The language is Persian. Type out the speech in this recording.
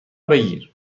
بگیر